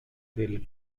del